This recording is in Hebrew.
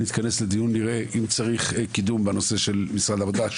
נתכנס לדיון ונראה אם צריך קידום במשרד העבודה,